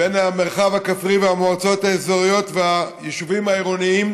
בין המרחב הכפרי והמועצות האזוריות ליישובים העירוניים